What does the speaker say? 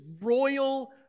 royal